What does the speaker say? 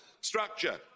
structure